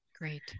Great